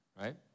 right